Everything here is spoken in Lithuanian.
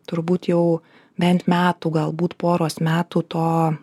turbūt jau bent metų galbūt poros metų to